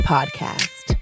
Podcast